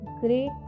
great